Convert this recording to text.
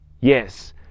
yes